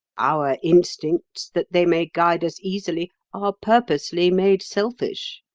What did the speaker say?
our instincts, that they may guide us easily, are purposely made selfish.